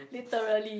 literally